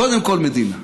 קודם כול מדינה,